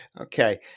Okay